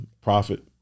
profit